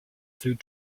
food